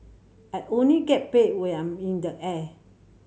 I only get paid when I'm in the air